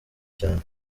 cyane